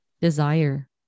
desire